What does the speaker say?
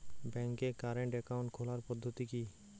ব্যাংকে current account খোলার পদ্ধতি কি?